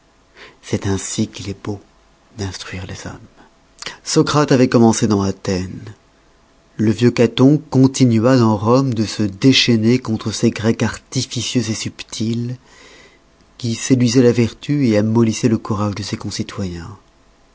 c'est ainsi qu'il est beau d'instruire les hommes socrate avoit commencé dans athènes le vieux caton continua dans rome de se déchaîner contre ces grecs artificieux subtils qui séduisoient la vertu et amollissoient le courage de ses concitoyens